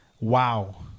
wow